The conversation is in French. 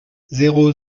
zéro